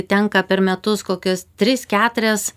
tenka per metus kokius tris keturias